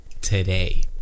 Today